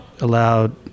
allowed